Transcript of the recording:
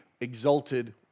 exalted